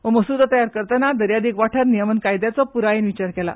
हो मसूदो तयार करताना दर्यादेग वाठार नियमन कायदयाचो प्रायेन विचार केला